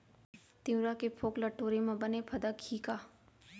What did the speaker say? तिंवरा के फोंक ल टोरे म बने फदकही का?